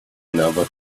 never